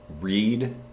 read